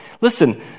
Listen